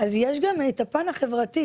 אז יש גם את הפן החברתי.